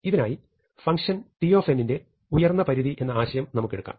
ഇതിനായി function t ന്റെ ഉയർന്നപരിധി എന്ന ആശയം നമുക്കെടുക്കാം